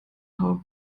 how